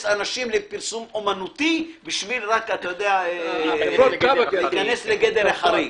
אנשים לפרסום אומנותי בשביל להיכנס לגדר החריג.